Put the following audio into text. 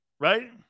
Right